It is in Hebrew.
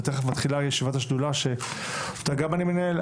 ותכף מתחילה ישיבת השדולה שגם אותה אני מנהל,